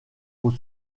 aux